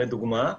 לדוגמה,